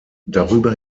darüber